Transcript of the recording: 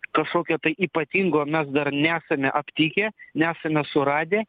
kažkokio tai ypatingo mes dar nesame aptikę nesame suradę